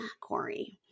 Corey